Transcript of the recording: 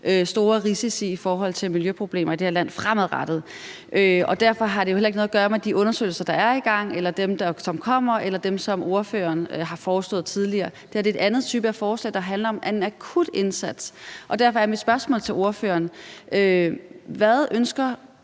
store risici i forhold til miljøproblemer i det her land fremadrettet. Derfor har det jo heller ikke noget at gøre med de undersøgelser, der er i gang, eller dem, som kommer, eller dem, som ordføreren har foreslået tidligere. Det her er en anden type af forslag, der handler om en akut indsats. Derfor er mit spørgsmål til ordføreren: Hvad ønsker